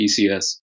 ECS